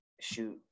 shoot